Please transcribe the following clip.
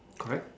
correct